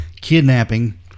kidnapping